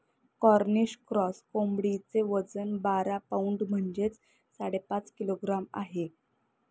Cornish cross कोंबडीचे वजन बारा पौंड म्हणजेच साडेपाच किलोग्रॅम आहे